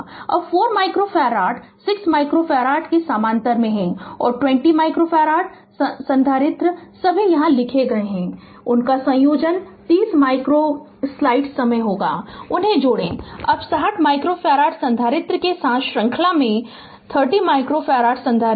अब 4 microfarad 6 microfarad के समानांतर है और 20 माइक्रोफ़ारड संधारित्र सभी यहाँ लिखे गए हैं और उनका संयोजन 30 माइक्रोफ़ारडस्लाइड समय होगा उन्हें जोड़ें अब 60 माइक्रोफ़ारड संधारित्र के साथ श्रृंखला में 30 माइक्रोफ़ारड संधारित्र